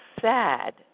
sad